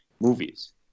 movies